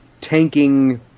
tanking